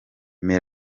aho